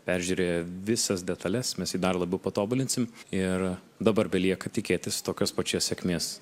peržiūrėję visas detales mes jį dar labiau patobulinsim ir dabar belieka tikėtis tokios pačios sėkmės